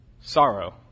sorrow